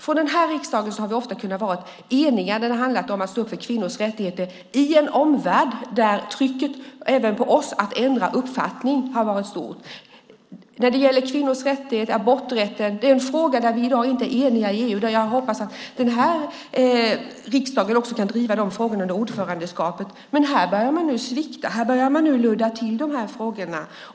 Från den här riksdagens sida har vi ofta kunnat vara eniga när det handlat om att stå upp för kvinnors rättigheter i en omvärld där trycket även på oss att ändra uppfattning har varit stort. När det gäller kvinnors rättigheter är aborträtten en fråga där vi i dag inte är eniga i EU. Jag hoppas att den här riksdagen också kan driva de frågorna under ordförandeskapet. Men nu börjar man svikta och ludda till det i de här frågorna.